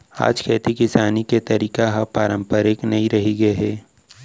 आज खेती किसानी के तरीका ह पारंपरिक नइ रहिगे हे